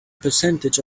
percentage